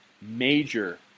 major